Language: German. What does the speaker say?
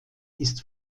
ist